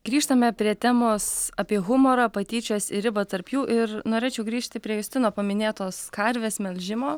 grįžtame prie temos apie humorą patyčias ir ribą tarp jų ir norėčiau grįžti prie justino paminėtos karvės melžimo